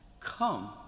Come